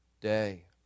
day